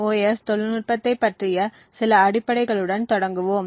CMOS தொழில்நுட்பத்தைப் பற்றிய சில அடிப்படைகளுடன் தொடங்குவோம்